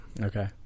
Okay